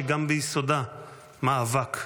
שגם ביסודה מאבק.